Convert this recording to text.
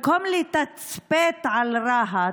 במקום לתצפת על רהט,